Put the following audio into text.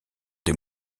des